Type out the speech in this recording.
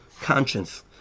conscience